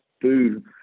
food